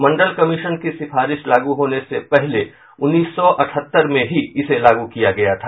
मंडल commission की सिफारिश लागू होने के पहले उन्नीस सौ अठहत्तर में ही इसे लागू किया गया था